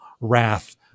wrath